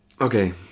Okay